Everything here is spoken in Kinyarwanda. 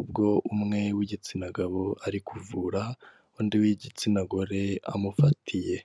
ubwo umwe w'igitsina gabo ari kuvura undi w'igitsina gore amufatiye.